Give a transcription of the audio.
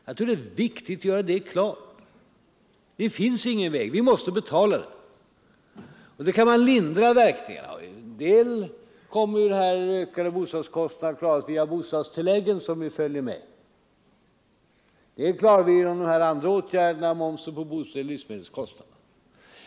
Jag tror det är viktigt att göra det klart. Vi måste betala priset, men vi kan lindra verkningarna. Till en del kommer ju de ökade bostadskostnaderna att klaras via bostadstilläggen som följer med. En del klarar vi genom de andra åtgärderna i fråga om momsen på bostadsbyggandet och prissänkningen på livsmedel.